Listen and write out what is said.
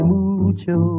Mucho